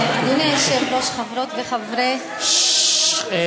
אדוני היושב-ראש, חברות וחברי הכנסת,